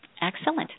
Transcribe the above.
Excellent